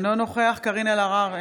אינו נוכח קארין אלהרר,